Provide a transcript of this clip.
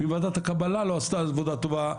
אם ועדת הקבלה לא עשתה עבודה טובה,